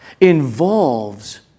involves